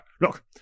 Look